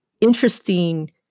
interesting